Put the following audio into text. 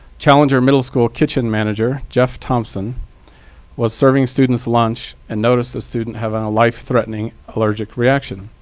challenger middle school kitchen manager jeff thompson was serving students lunch and noticed a student having a life threatening allergic reaction.